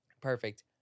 Perfect